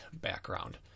background